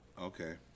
Okay